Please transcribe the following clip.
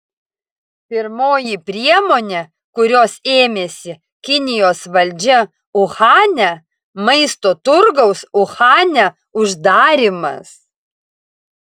pirmoji priemonė kurios ėmėsi kinijos valdžia uhane maisto turgaus uhane uždarymas